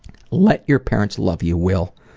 let your parents love you will.